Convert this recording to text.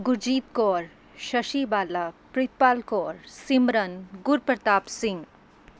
Gurjeet Kaur Shashi Bala Pritpal Kaur Simran Gurpratap Singh